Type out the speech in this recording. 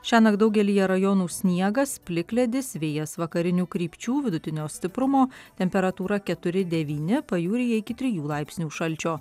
šiąnakt daugelyje rajonų sniegas plikledis vėjas vakarinių krypčių vidutinio stiprumo temperatūra keturi devyni pajūryje iki trijų laipsnių šalčio